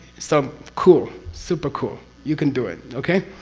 so cool. super cool. you can do it. okay?